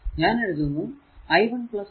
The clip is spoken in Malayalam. ഞാൻ എഴുതുന്നു i 1 10